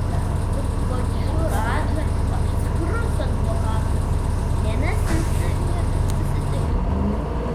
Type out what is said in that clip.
su pačiu radža apsukrus advokatas nė nesistengė susitikti